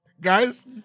Guys